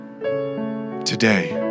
Today